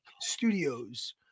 Studios